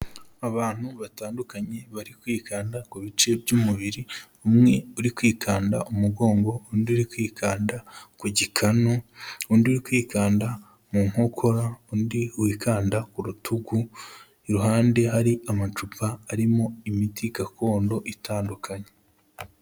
Abantu batandukanye bari kwikanda ku bice by'umubiri, umwe uri kwikanda umugongo, undi uri kwikanda ku gikanu, undi uri kwikanda mu nkokora, undi wikanda ku rutugu, iruhande hari amacupa arimo imiti gakondo itandukanye.